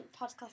podcast